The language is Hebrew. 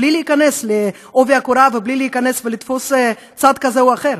בלי להיכנס בעובי הקורה ובלי להיכנס ולתפוס צד כזה או אחר,